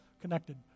connected